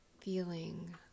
feeling